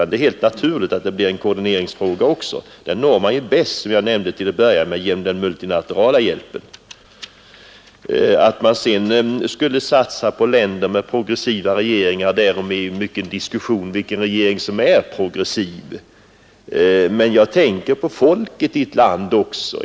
Det är helt naturligt att det blir en koordineringsfråga, och som jag nämnt förut uppnås den bästa samordningen genom den multilaterala hjälpen. När det gäller att satsa på länder med progressiva regeringar har det förts mycken diskussion om vilken regering som är progressiv. Men jag tänker på folket i landet också.